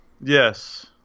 Yes